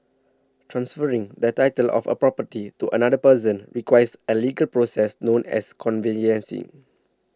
transferring the title of a property to another person requires a legal process known as conveyancing